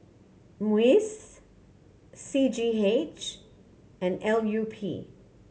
MUIS C G H and L U P